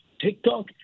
TikTok